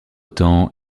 temps